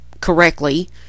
correctly